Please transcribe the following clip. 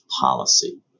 policy